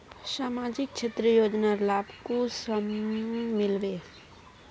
सामाजिक क्षेत्र योजनार लाभ कुंसम मिलबे?